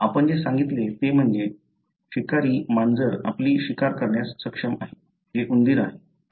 आपण जे सांगितले ते म्हणजे शिकारी मांजर आपली शिकार खाण्यास सक्षम आहे जे उंदीर आहे